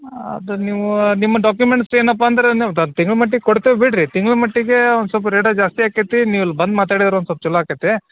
ಅದು ನೀವು ನಿಮ್ಮ ಡಾಕ್ಯುಮೆಂಟ್ಸ್ ಏನಪ್ಪಾ ಅಂದರೆ ನೀವು ತಿಂಗ್ಳ ಮಟ್ಟಿಗೆ ಕೊಡ್ತೇವೆ ಬಿಡಿರಿ ತಿಂಗ್ಳ ಮಟ್ಟಿಗೆ ಒಂದು ಸ್ವಲ್ಪ ರೇಟ ಜಾಸ್ತಿ ಆಕ್ಕೇತಿ ನೀವು ಇಲ್ಲಿ ಬಂದು ಮಾತಾಡಿದ್ರೆ ಒಂದು ಸ್ವಲ್ಪ ಚಲೋ ಆಕ್ಕೇತೆ